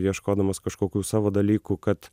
ieškodamas kažkokių savo dalykų kad